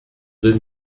deux